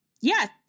yes